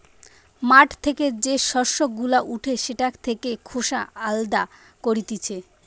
মাঠ থেকে যে শস্য গুলা উঠে সেটা থেকে খোসা আলদা করতিছে